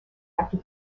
after